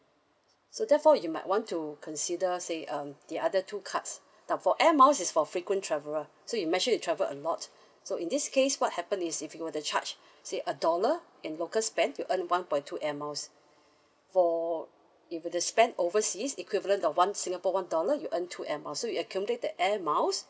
so therefore you might want to consider say um the other two cards now for air miles is for frequent traveller so imagine you travel a lot so in this case what happen is if you were to charge say a dollar in local spend you earn one point two Air Miles for if were to spend overseas equivalent of one singapore one dollar you earn two Air Miles so you accumulate the Air Miles